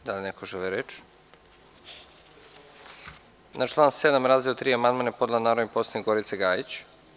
Da li neko želi reč? (Ne.) Na član 7. razdeo 3 amandman je podnela narodni poslanik Gorica Gajić.